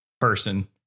person